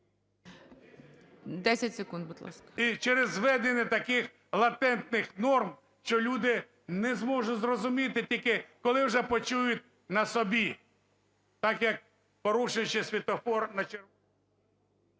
І через зведення таких латентних норм, що люди не зможуть зрозуміти, тільки коли вже почують на собі. Так, як порушуючи світлофор, на червоне…